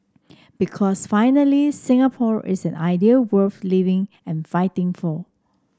because finally Singapore is an idea worth living and fighting for